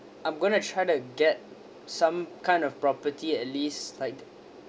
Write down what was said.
I'm going try to get some kind of property at least like